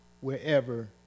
wherever